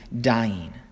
dying